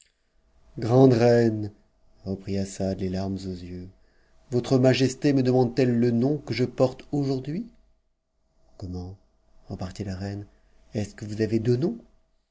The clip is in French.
grande reine reprit assad les larmes aux yeux votre majesté me demandc t elle le nom que je porte aujourd'hui comment reparti la reine est-ce que vous avez deux noms